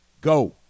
Go